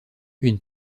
une